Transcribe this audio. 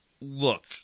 look